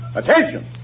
attention